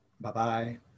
Bye-bye